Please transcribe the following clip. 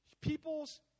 people's